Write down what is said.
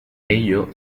ello